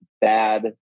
bad